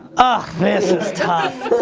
ah this is tough.